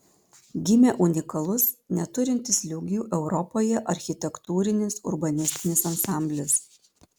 gimė unikalus neturintis lygių europoje architektūrinis urbanistinis ansamblis